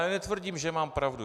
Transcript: Netvrdím, že mám pravdu.